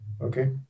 okay